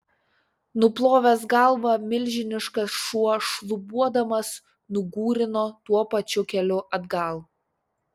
nuplovęs galvą milžiniškas šuo šlubuodamas nugūrino tuo pačiu keliu atgal